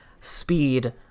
Speed